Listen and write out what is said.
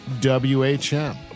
WHM